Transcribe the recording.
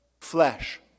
flesh